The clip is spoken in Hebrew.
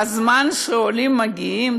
בזמן שעולים מגיעים,